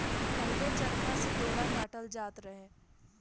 पहिले चरखा से डोरा काटल जात रहे